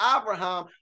Abraham